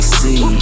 see